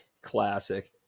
Classic